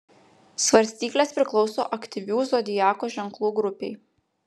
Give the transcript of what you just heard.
svarstyklės priklauso aktyvių zodiako ženklų grupei